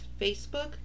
Facebook